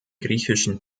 griechischen